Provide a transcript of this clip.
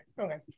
okay